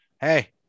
hey